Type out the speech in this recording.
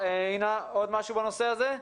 אינה, משהו נוסף בנושא הזה?